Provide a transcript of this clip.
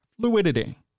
Fluidity